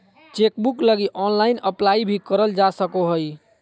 chequebook लगी online apply भी करल जा सको हइ